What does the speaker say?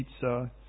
pizza